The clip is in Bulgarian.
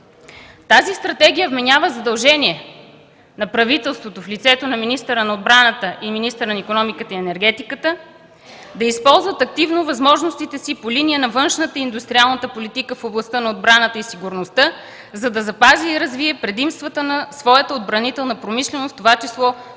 база”. Стратегията вменява задължение на правителството в лицето на министъра на отбраната и министъра на икономиката, енергетиката и туризма да използват активно възможностите си по линия на външната и индустриалната политика в областта на отбраната и сигурността, за да запази и развие предимствата на своята отбранителна промишленост, в това число в